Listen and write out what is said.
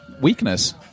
weakness